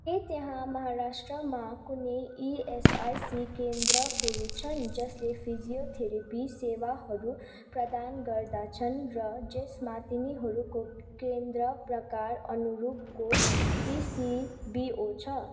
के त्यहाँ माहाराष्ट्रमा कुनै इएसआइसी केन्द्रहरू छन् जसले फिजियोथेरापी सेवाहरू प्रदान गर्दछन् र जसमा तिनीहरूको केन्द्र प्रकार अनुरूपको डिसिबिओ छ